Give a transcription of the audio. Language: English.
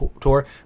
tour